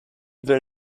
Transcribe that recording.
will